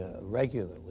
regularly